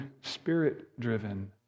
spirit-driven